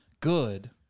good